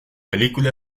película